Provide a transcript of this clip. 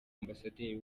ambasaderi